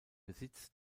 besitz